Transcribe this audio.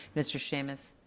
mr. shcamus.